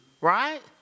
right